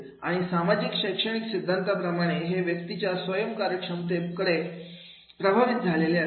आणि सामाजिक शैक्षणिक सिद्धांताप्रमाणे हे व्यक्तीच्या स्वयम् कार्यक्षमते कडून प्रभावित झालेले असते